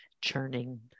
churning